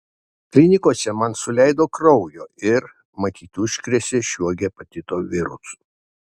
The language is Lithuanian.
klinikose man suleido kraujo ir matyt užkrėtė šiuo hepatito virusu